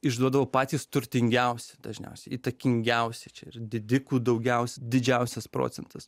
išduodavo patys turtingiausi dažniausiai įtakingiausi čia yra didikų daugiausiai didžiausias procentas